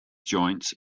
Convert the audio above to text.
joints